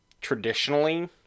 traditionally